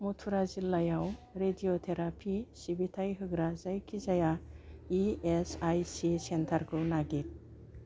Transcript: मथुरा जिल्लायाव रेडियथेराफि सिबिथाय होग्रा जायखिजाया इएसआइसि सेन्टारखौ नागिर